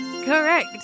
Correct